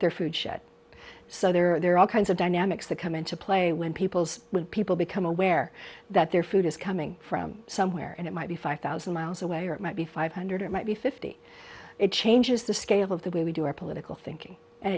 their food shut so there are all kinds of dynamics that come into play when people's people become aware that their food is coming from somewhere and it might be five thousand miles away or it might be five hundred it might be fifty it changes the scale of the way we do our political thinking and